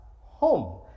home